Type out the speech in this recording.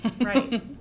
Right